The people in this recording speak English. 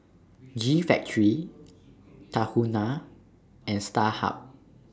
G Factory Tahuna and Starhub